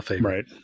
Right